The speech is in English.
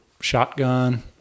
shotgun